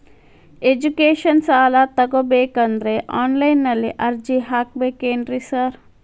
Education ಸಾಲ ತಗಬೇಕಂದ್ರೆ online ನಲ್ಲಿ ಅರ್ಜಿ ಹಾಕ್ಬೇಕೇನ್ರಿ ಸಾರ್?